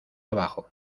abajo